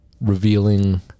revealing